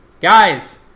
Guys